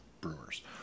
brewers